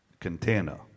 container